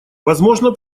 возможно